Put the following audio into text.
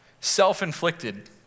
Self-inflicted